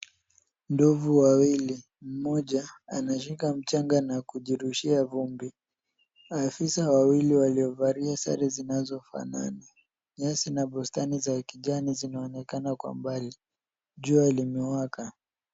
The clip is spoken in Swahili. Ndovu wawili, mmoja anashika mchanga na kujirushia vumbi. Maafisa wawili waliovalia sare zinazofanana. Nyasi na bustani za kijani zinaonekana kwa mbali. Jua limewaka.